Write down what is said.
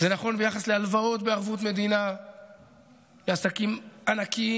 זה נכון ביחס להלוואות בערבות מדינה לעסקים ענקיים.